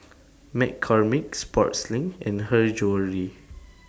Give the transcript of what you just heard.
McCormick Sportslink and Her Jewellery